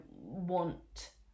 want